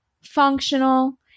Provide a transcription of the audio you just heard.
functional